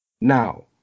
Now